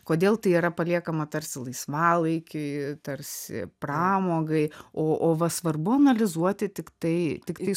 kodėl tai yra paliekama tarsi laisvalaikiui tarsi pramogai o o va svarbu analizuoti tiktai tiktai